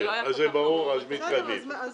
אם זה ברור אז מתקדמים.